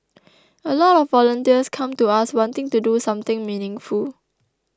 a lot of volunteers come to us wanting to do something meaningful